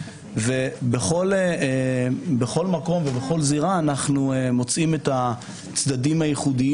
ובכל זירה אנו מוצאים את הצדדים הייחודיים